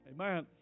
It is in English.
Amen